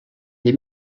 les